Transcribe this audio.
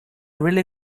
really